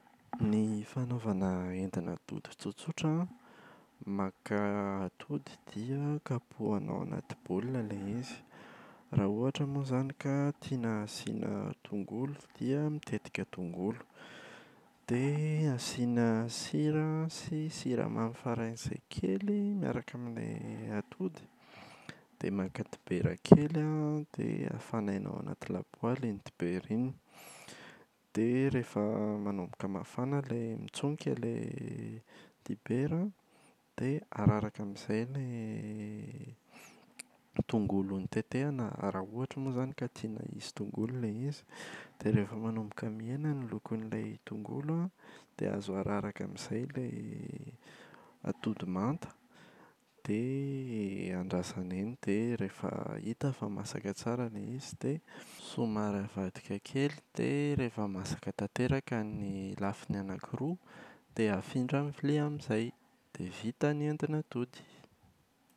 Ny fanaovana endin’atody tsotsotra an: maka atody dia kapohana anaty baolina ilay izy. Raha ohatra moa izany ka tiana asiana tongolo dia mitetika tongolo. Dia asiana sira sy siramamy faran’izay kely miaraka amin’ilay atody. Dia maka dibera kely an dia hafanaina anaty lapoaly iny dibera iny. Dia rehefa manomboka mafana ilay mitsonika ilay dibera an, dia araraka amin’izay ilay tongolo notetehana raha ohatra moa izany ka tiana hisy tongolo ilay izy. Dia rehefa manomboka mihena ny lokon’ilay tongolo an dia azo araraka amin’izay ilay atody manta, dia andrasana eny dia rehefa hita fa masaka tsara ilay izy dia somary avadika kely. Dia rehefa masaka tanteraka ny lafiny anakiroa dia afindra amin’ny vilia amin’izay, dia vita ny endin’atody.